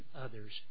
others